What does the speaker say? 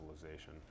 civilization